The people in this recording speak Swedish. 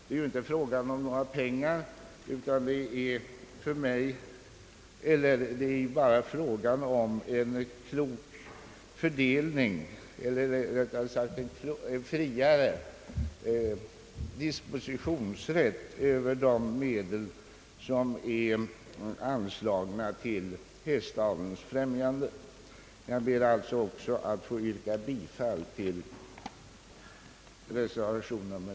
Det är ju inte här fråga om några ytterligare medel, utan det är bara fråga om en klok fördelning, eller rättare sagt en friare dispositionsrätt över de medel som är anslagna till stöd åt hästaveln. Jag ber alltså att få yrka bifall till reservationen.